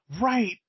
Right